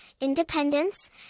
independence